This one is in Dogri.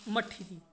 मट्ठी दी